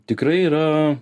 tikrai yra